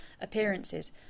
appearances